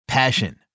Passion